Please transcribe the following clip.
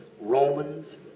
Romans